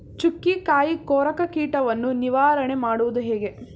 ಚುಕ್ಕಿಕಾಯಿ ಕೊರಕ ಕೀಟವನ್ನು ನಿವಾರಣೆ ಮಾಡುವುದು ಹೇಗೆ?